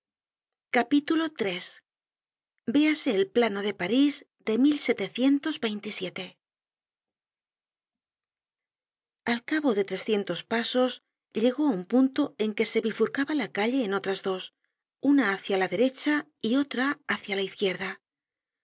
at iii véase el plano de parís de al cabo de trescientos pasos llegó á un punto en que se bifurcaba la calle en otras dos una hácia la derecha y otra hácia la izquierda